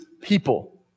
people